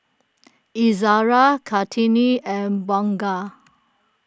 Izzara Kartini and Bunga